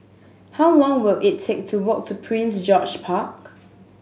how long will it take to walk to Prince George Park